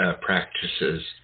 practices